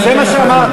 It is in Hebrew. זה מה שאמרת,